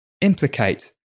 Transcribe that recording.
implicate